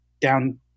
down